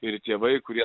ir tėvai kurie